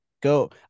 Go